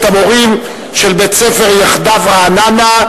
המורים של בית-ספר "יחדיו" ברעננה,